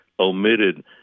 omitted